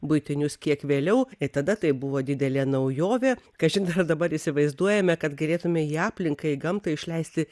buitinius kiek vėliau i tada tai buvo didelė naujovė kažin ar dabar įsivaizduojame kad galėtume į aplinką į gamtą išleisti